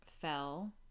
fell